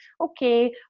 okay